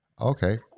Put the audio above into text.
okay